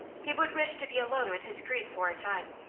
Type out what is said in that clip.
he would wish to be alone with his grief for a time.